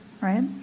right